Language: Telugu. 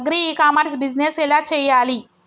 అగ్రి ఇ కామర్స్ బిజినెస్ ఎలా చెయ్యాలి?